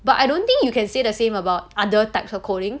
but I don't think you can say the same about other types of coding